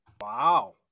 Wow